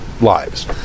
lives